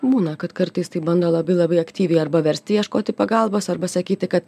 būna kad kartais tai bando labai labai aktyviai arba versti ieškoti pagalbos arba sakyti kad